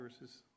verses